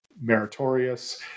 meritorious